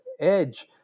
edge